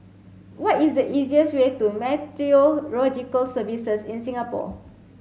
what is the easiest way to Meteorological Services in Singapore